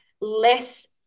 less